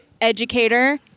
educator